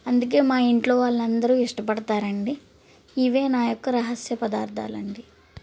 అందుకే మాఇంట్లో వాళ్ళందరు ఇష్టపడతారండి ఇవే నాయొక్క రహస్య పదార్ధాలు అండి